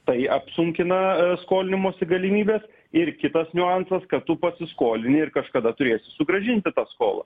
tai apsunkina skolinimosi galimybes ir kitas niuansas kad tu pasiskolini ir kažkada turėsi sugrąžinti tą skolą